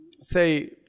say